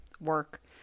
work